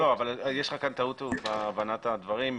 אבל יש לך כאן טעות בהבנת הדברים.